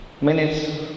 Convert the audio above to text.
minutes